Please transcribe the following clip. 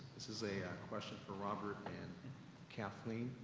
this is a ah question for robert and kathleen,